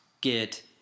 get